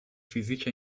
فیزیک